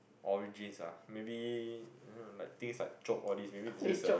origins ah maybe uh things like chope all this maybe they just a